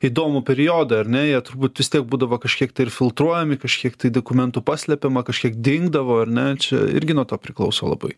įdomų periodą ar ne jie turbūt vis tiek būdavo kažkiek tai ir filtruojami kažkiek tai dokumentų paslepiama kažkiek dingdavo ar ne čia irgi nuo to priklauso labai